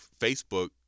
Facebook